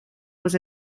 was